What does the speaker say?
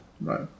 Right